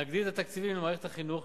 נגדיל את התקציבים למערכת החינוך,